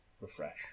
refresh